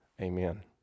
Amen